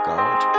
God